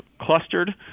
clustered